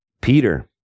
Peter